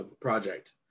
project